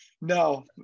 No